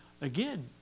again